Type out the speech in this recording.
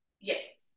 Yes